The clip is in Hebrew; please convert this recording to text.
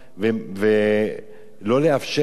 ולא לאפשר להם.